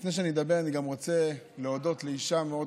לפני שאני אדבר, אני גם רוצה להודות לאישה מאוד